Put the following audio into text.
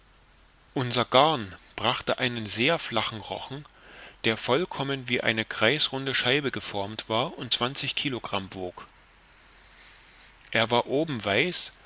unser garn brachte einen sehr flachen rochen der vollkommen wie eine kreisrunde scheibe geformt war und zwanzig kilogramm wog er war oben weiß